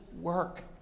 work